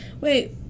Wait